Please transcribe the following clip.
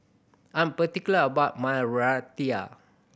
I'm particular about my Raita